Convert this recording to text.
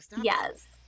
yes